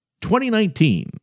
2019